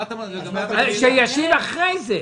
אני רוצה שישיב אחרי זה.